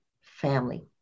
family